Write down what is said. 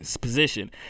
position